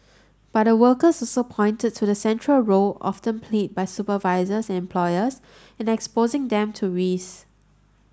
but the workers also pointed to the central role often played by supervisors and employers in exposing them to risks